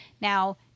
Now